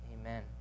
Amen